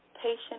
patient